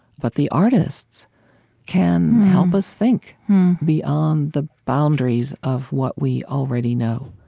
but the artists can help us think beyond the boundaries of what we already know.